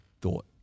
thought